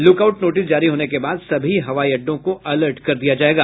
look out notice जारी होने के बाद सभी हवाई अड्डों को अलर्ट कर दिया जायेगा